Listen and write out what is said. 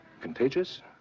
contagious